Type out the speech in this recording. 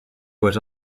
was